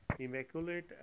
immaculate